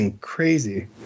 crazy